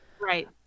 right